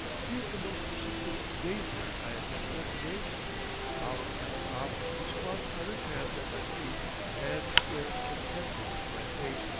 he is the most persistent gazer i have yet met in asia hour after hour he squats on his hams at my feet and stares intently into my face,